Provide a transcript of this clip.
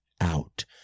out